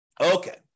Okay